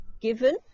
given